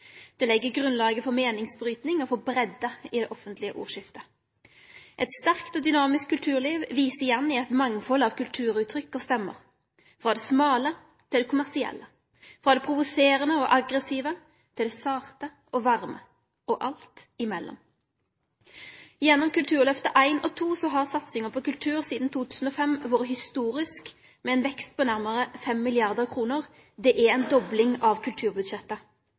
Det legg grunnlaget for meiningsbryting og breidde i det offentlege ordskiftet. Eit sterkt og dynamisk kulturliv viser igjen i eit mangfald av kulturuttrykk og stemmer, frå det smale til det kommersielle, frå det provoserande og aggressive til det sarte og varme – og alt imellom. Gjennom Kulturløftet I og II har satsinga på kultur sidan 2005 vore historisk, med ein vekst på nærmare 5 mrd. kr. Det er ei dobling av kulturbudsjettet.